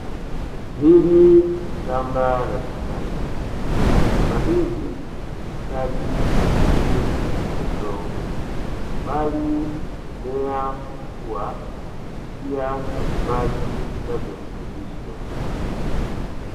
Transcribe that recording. Hili ni shamba la kisasa, shamba hili halihitaji matumizi ya udongo, bali mimea kukua kupitia maji maji ya virutubisho.